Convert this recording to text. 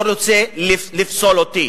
הוא רוצה לפסול אותי.